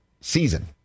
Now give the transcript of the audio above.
season